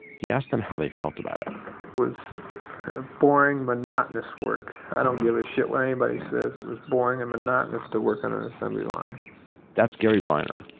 he asked them how they felt about it it was boring, monotonous work. i don't give a shit what anybody says. it was boring and monotonous to work on an assembly line that's gary bryner.